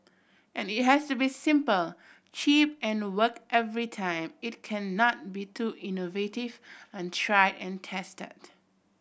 as it has to be simple cheap and work every time it cannot be too innovative untried and tested